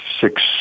six